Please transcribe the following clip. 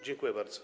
Dziękuję bardzo.